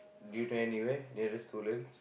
do you know anywhere nearest to Woodlands